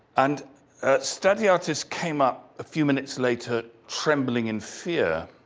and stadiatis came up a few minutes later trembling in fear,